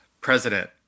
President